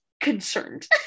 concerned